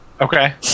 Okay